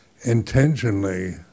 intentionally